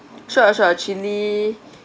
sure sure chili